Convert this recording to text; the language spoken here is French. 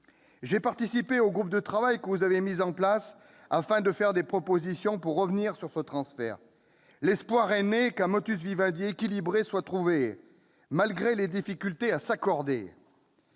J'ai participé au groupe de travail que vous avez mis en place afin de faire des propositions pour revenir sur ce transfert. L'espoir est né qu'un équilibré soit trouvé, malgré les difficultés à s'accorder.